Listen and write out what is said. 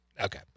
Okay